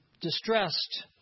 distressed